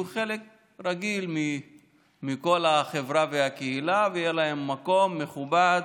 יהיו חלק רגיל מהחברה והקהילה ויהיה להם מקום מכובד.